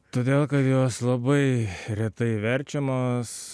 todėl kad jos labai retai verčiamos